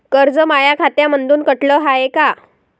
कर्ज माया खात्यामंधून कटलं हाय का?